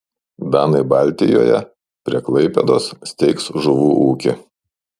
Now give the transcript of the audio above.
danai baltijoje prie klaipėdos steigs žuvų ūkį